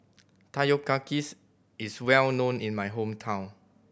takoyakis is well known in my hometown